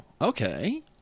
okay